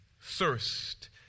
thirst